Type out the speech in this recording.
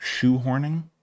shoehorning